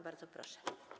Bardzo proszę.